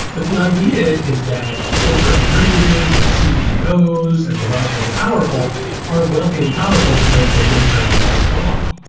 but the idea is that corporate raiders and ceos and the wealthy and the powerful are wealthy and powerful because they've been crowned by god.